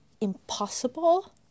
impossible